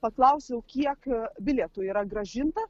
paklausiau kiek bilietų yra grąžinta